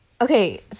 okay